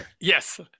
Yes